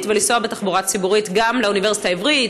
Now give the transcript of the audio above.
ולנסוע בתחבורה ציבורית גם לאוניברסיטה העברית,